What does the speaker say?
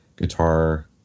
Guitar